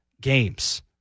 games